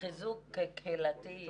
המשרד לחיזוק קהילתי.